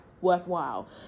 worthwhile